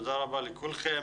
תודה רבה לכולכם.